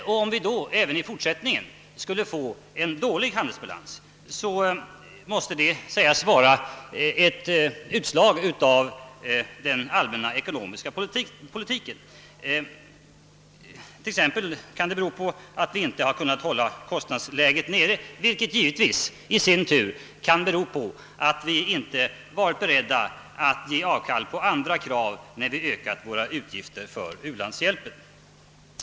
Och om vi då även i fortsättningen skulle få en dålig handelsbalans, så måste det sägas vara ett utslag av den allmänna ekonomiska politiken. Det kan t.ex. bero på att vi inte har kunna hålla kostnadsläget nere, vilket givetvis i sin tur kan bero på att vi inte varit beredda att ge avkall på andra krav när de ökat våra utgifter för ulandshjälpen.